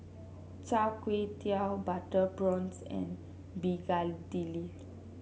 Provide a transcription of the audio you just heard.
Char Kway Teow Butter Prawns and begedil